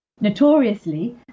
Notoriously